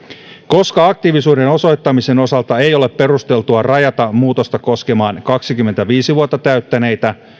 koska aktiivisuuden osoittamisen osalta ei ole perusteltua rajata muutosta koskemaan kaksikymmentäviisi vuotta täyttäneitä